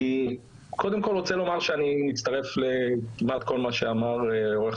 אני רוצה לומר שאני מצטרף כמעט לכל מה שאמר עורך